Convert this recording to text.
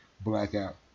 Blackout